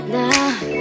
now